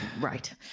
Right